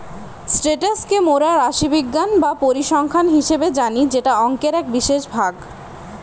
status কে মোরা রাশিবিজ্ঞান বা পরিসংখ্যান হিসেবে জানি যেটা অংকের এক বিশেষ ভাগ